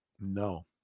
No